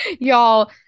Y'all